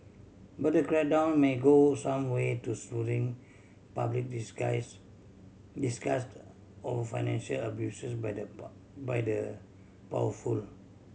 but the crackdown may go some way to soothing public disgust over financial abuses by the by the powerful